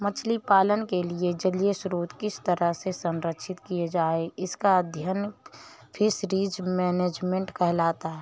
मछली पालन के लिए जलीय स्रोत किस तरह से संरक्षित किए जाएं इसका अध्ययन फिशरीज मैनेजमेंट कहलाता है